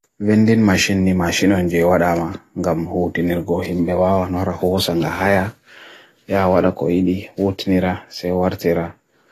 vendin machin ni machin onjewa dama gam hoot inir go him bewa wa noro hoos anga hai ya wada ko idi hoot nira se wartira